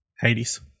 Hades